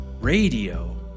Radio